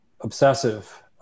obsessive